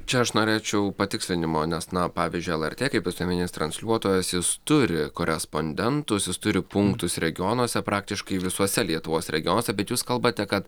čia aš norėčiau patikslinimo nes na pavyzdžiui lrt kaip visuomeninis transliuotojas jis turi korespondentus jis turi punktus regionuose praktiškai visuose lietuvos regionuose bet jūs kalbate kad